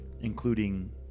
including